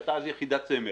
היא הייתה אז יחידת סמך.